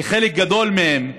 כי חלק גדול מהם,